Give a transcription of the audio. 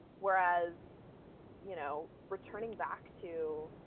whereas you know returning back to